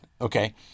Okay